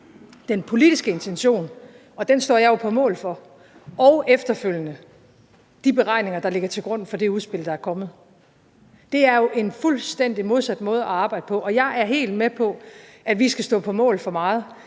Den politiske intention, og den står jeg på mål for, og – efterfølgende – de beregninger, der ligger til grund for det udspil, der er kommet, er jo en fuldstændig modsat måde at arbejde på. Og jeg er helt med på, at vi skal stå på mål for meget.